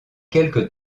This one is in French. quelques